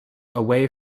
away